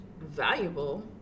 valuable